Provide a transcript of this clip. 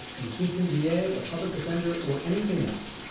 an assistant da, a public defender, or anything else.